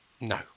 No